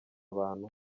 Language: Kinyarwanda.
bantu